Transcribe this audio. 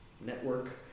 network